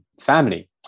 family